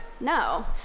No